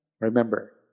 Remember